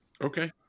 Okay